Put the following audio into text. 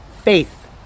faith